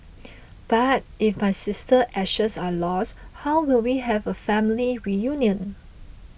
but if my sister ashes are lost how will we have a family reunion